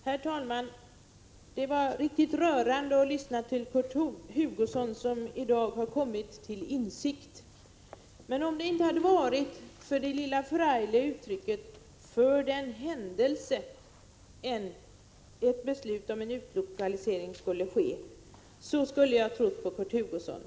Herr talman! Det var riktigt rörande att lyssna till Kurt Hugosson, som i dag har kommit till insikt. Om det inte hade varit för det lilla förargliga uttrycket ”för den händelse” beslut om en utlokalisering skulle fattas, skulle jag ha trott på Kurt Hugosson.